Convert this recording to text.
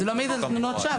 זה לא מעיד על תלונות שווא,